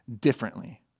differently